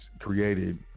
created